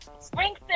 Springfield